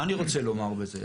מה אני רוצה לומר בזה?